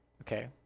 Okay